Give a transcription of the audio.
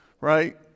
Right